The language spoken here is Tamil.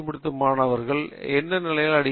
முடித்த மாணவர்களுக்கு என்ன நிலைகள் கிடைக்கும்